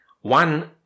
one